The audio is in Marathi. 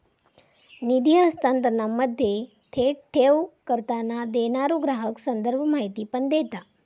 निधी हस्तांतरणामध्ये, थेट ठेव करताना, देणारो ग्राहक संदर्भ माहिती पण देता